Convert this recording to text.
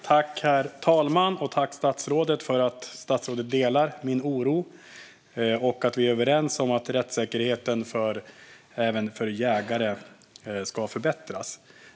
Herr talman! Tack till statsrådet för att han delar min oro och för att vi är överens om att rättssäkerheten även för jägare ska förbättras!